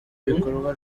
bikorwa